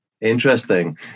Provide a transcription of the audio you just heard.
Interesting